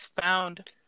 found